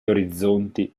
orizzonti